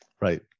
Right